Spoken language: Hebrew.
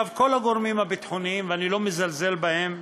כל הגורמים הביטחוניים, ואני לא מזלזל בהם,